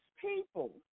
people